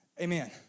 Amen